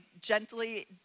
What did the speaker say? gently